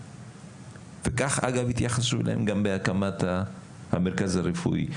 וכך, אגב, התייחסו אליהם גם בהקמת המרכז הרפואי.